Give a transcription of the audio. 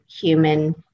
human